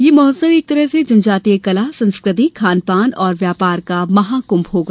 यह महोत्सव एक तरह से जनजातीय कला संस्कृति खान पान और व्यापार का महाकुंभ होगा